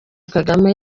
kagame